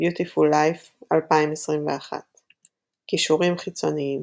- Beautiful Life קישורים חיצוניים